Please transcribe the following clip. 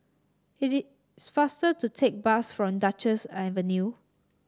it is faster to take bus from Duchess Avenue